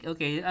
Okay